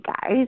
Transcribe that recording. guys